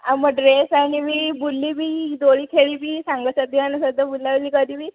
ଆଉ ମୋ ଡ୍ରେସ ଆଣିବି ବୁଲିବି ଦୋଳି ଖେଳିବି ସାଙ୍ଗ ସାଥି ମାନଙ୍କ ସହିତ ବୁଲା ବୁଲି କରିବି